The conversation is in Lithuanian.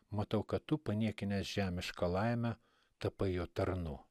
matau kad tu paniekinęs žemišką laimę tapai jo tarnu